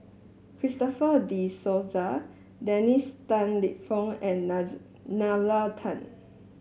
Christopher De Souza Dennis Tan Lip Fong and Nalla Tan